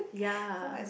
ya